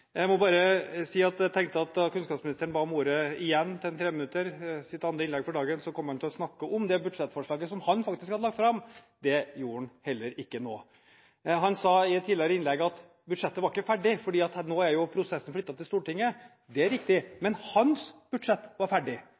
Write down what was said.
jeg at han kom til å snakke om det budsjettforslaget som han hadde lagt fram. Det gjorde han heller ikke nå. Han sa i et tidligere innlegg at budsjettet ikke var ferdig, for nå er prosessen flyttet til Stortinget. Det er riktig, men hans budsjett var ferdig.